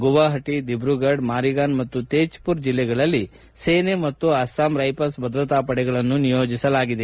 ಗುಹಾಹಟಿ ದಿಬ್ರುಗಢ್ ಮಾರಿಗಾನ್ ಹಾಗೂ ತೇಜ್ ಪುರ್ ಜಿಲ್ಲೆಗಳಲ್ಲಿ ಸೇನೆ ಮತ್ತು ಅಸ್ಲಾಂ ರೈಫಲ್ಸ್ ಭದ್ರತಾ ಪಡೆಗಳನ್ನು ನಿಯೋಜಿಸಲಾಗಿದೆ